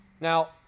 now